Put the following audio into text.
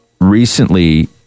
recently